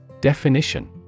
Definition